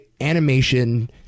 animation